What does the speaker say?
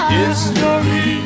History